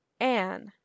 Anne